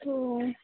तो